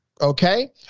Okay